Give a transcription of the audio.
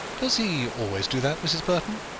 does he always do that, mrs. burton?